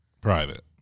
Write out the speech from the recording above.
Private